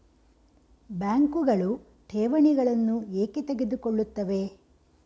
ಬ್ಯಾಂಕುಗಳು ಠೇವಣಿಗಳನ್ನು ಏಕೆ ತೆಗೆದುಕೊಳ್ಳುತ್ತವೆ?